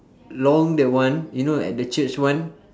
long that one you know like the church [one]